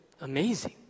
amazing